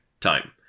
time